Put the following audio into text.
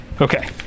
Okay